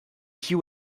you